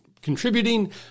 contributing